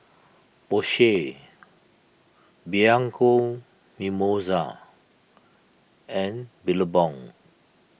Porsche Bianco Mimosa and Billabong